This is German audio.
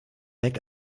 weg